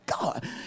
God